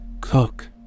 cook